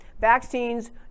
Vaccines